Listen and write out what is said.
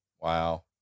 Wow